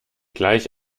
gleich